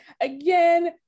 again